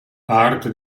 parte